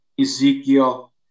Ezekiel